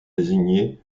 désignées